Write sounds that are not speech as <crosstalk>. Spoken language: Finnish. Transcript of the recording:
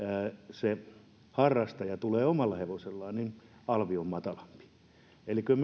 se harrastaja tulee omalla hevosellaan niin alvi on matalampi eli kyllä <unintelligible>